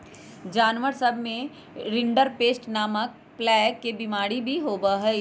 जानवर सब में रिंडरपेस्ट नामक प्लेग के बिमारी भी होबा हई